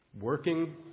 Working